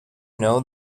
know